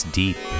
deep